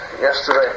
yesterday